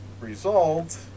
result